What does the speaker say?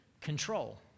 control